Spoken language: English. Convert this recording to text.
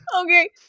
Okay